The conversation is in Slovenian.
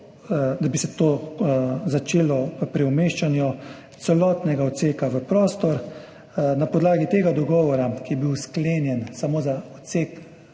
letu to začelo pri umeščanju celotnega odseka v prostor. Na podlagi tega dogovora, ki je bil sklenjen samo za odsek